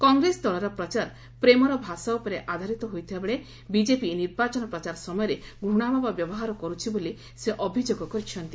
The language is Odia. କଂଗ୍ରେସ ଦଳର ପ୍ରଚାର ପ୍ରେମର ଭାଷା ଉପରେ ଆଧାରିତ ହୋଇଥିବାବେଳେ ବିଜେପି ନିର୍ବାଚନ ପ୍ରଚାର ସମୟରେ ଘୃଶାଭାବ ବ୍ୟବହାର କରୁଛି ବୋଲି ସେ ଅଭିଯୋଗ କରିଛନ୍ତି